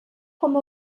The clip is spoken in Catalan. com